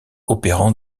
opérant